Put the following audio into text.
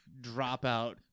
dropout